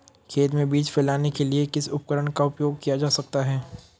खेत में बीज फैलाने के लिए किस उपकरण का उपयोग किया जा सकता है?